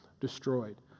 destroyed